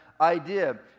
idea